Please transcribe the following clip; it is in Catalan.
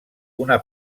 una